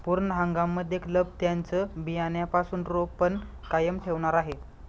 पूर्ण हंगाम मध्ये क्लब त्यांचं बियाण्यापासून रोपण कायम ठेवणार आहे